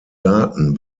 daten